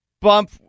Bump